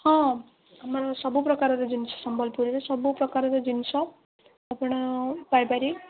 ହଁ ଆମର ସବୁପ୍ରକାରର ଜିନିଷ ସମ୍ବଲପୁରୀ ସବୁପ୍ରକାରର ଜିନିଷ ଆପଣ ପାଇପାରିବେ